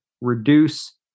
reduce